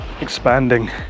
expanding